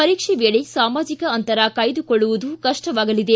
ಪರೀಕ್ಷೆ ವೇಳೆ ಸಾಮಾಜಿಕ ಅಂತರ ಕಾಯ್ದುಕೊಳ್ಳುವುದು ಕಪ್ಲವಾಗಲಿದೆ